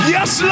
Yes